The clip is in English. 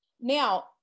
Now